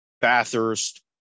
Bathurst